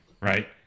right